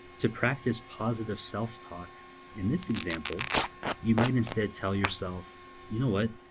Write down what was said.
to practice positive self-talk in this example you might instead tell yourself, you know what,